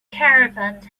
caravans